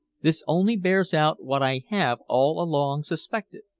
this only bears out what i have all along suspected.